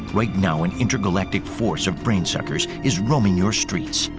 right now, an intergalactic force of brain suckers is roaming your streets.